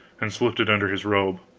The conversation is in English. and slipped it under his robe.